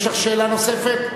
יש לך שאלה נוספת?